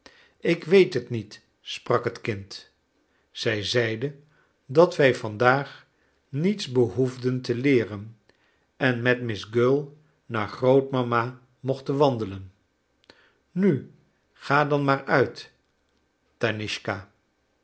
ik weet het niet sprak het kind zij zeide dat wij vandaag niets behoefden te leeren en met miss gull naar grootmama mochten wandelen nu ga dan maar uit tanischka